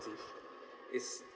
is